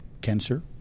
cancer